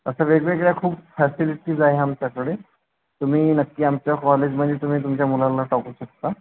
असं वेगवेगळ्या खूप फॅसिलिटीस आहे आमच्याकडे तुम्ही नक्की आमच्या कॉलेजमध्ये तुम्ही तुमच्या मुलाला टाकू शकता